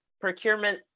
procurement